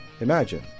Imagine